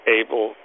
able